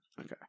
Okay